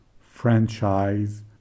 franchise